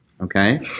Okay